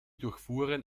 durchfuhren